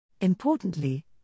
Importantly